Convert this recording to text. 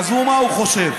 עזבו מה הוא חושב.